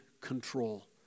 control